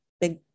big